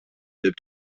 деп